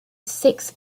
six